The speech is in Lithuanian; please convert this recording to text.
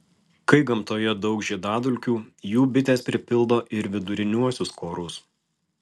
kai gamtoje daug žiedadulkių jų bitės pripildo ir viduriniuosius korus